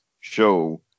show